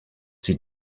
die